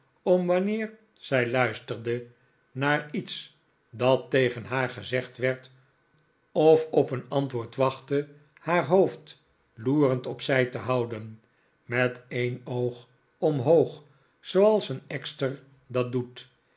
om wanneer zij luisterde naar iets dat tegen haar gezegd werd of op een antwoord wachtte haar hoofd loerend op zij te houden met een oog omhoog zooals een ekster dat doet